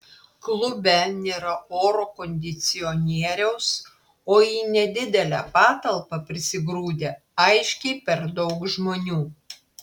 klube nėra oro kondicionieriaus o į nedidelę patalpą prisigrūdę aiškiai per daug žmonių